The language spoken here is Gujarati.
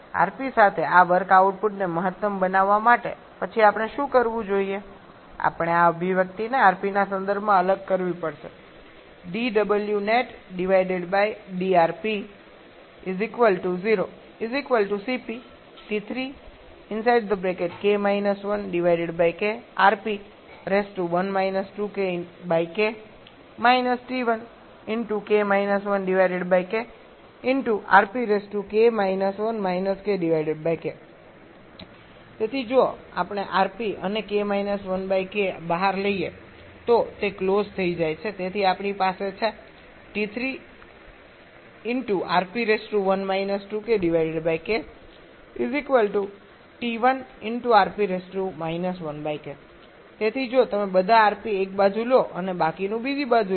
rp સાથે આ વર્ક આઉટપુટને મહત્તમ બનાવવા માટે પછી આપણે શું કરવું જોઈએ આપણે આ અભિવ્યક્તિને rp ના સંદર્ભમાં અલગ કરવી પડશે તેથી જો આપણે p અને k - 1 k બહાર લઈએ તો તે ક્લોઝ થઈ જાય છે તેથી આપણી પાસે છે તેથી જો તમે બધા rp એક બાજુ લો અને બાકીનું બીજી બાજુ લો